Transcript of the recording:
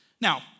Now